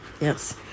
Yes